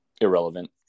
irrelevant